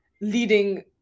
leading